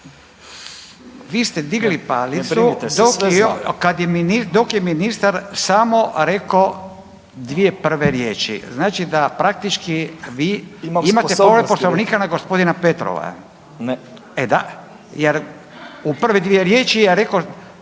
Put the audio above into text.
dok je, kad je, dok je ministar samo rekao dvije prve riječi. Znači da praktički vi imate povredu Poslovnika na gospodina Petrova …/Upadica: Ne./… e da, jer u prve dvije riječi je rekao